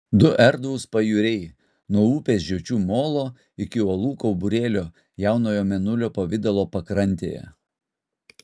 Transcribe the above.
du erdvūs pajūriai nuo upės žiočių molo iki uolų kauburėlio jaunojo mėnulio pavidalo pakrantėje